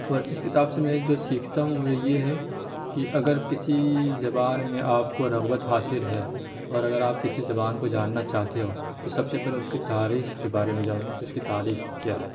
اور اس کتاب سے میں جو سیکھتا ہوں وہ یہ ہے کہ اگر کسی زبان میں آپ کو رغبت حاصل ہے اور اگر آپ کسی زبان کو جاننا چاہتے ہو تو سب سے پہلے اس کی تاریخ کے بارے میں جانو کہ اس کی تاریخ کیا ہے